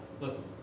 listen